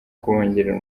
kubongerera